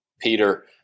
Peter